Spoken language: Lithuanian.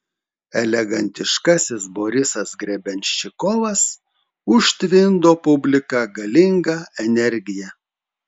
elegantiškasis borisas grebenščikovas užtvindo publiką galinga energija